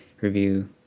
review